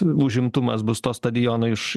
užimtumas bus to stadiono iš